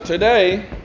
Today